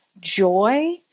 joy